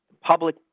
public